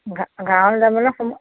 ঘাঁ ঘাঁহলে যাবলে সময়